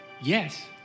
Yes